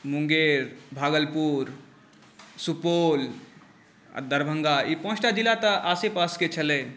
मुङ्गेर भागलपुर सुपौल आओर दरभङ्गा ई पाँचटा जिला तऽ आसेपासके छलै